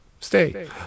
stay